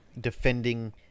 defending